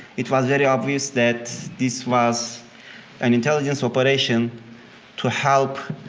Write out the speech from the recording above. it was very obvious that this was an intelligence operation to help